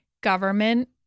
government